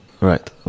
Right